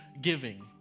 giving